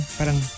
parang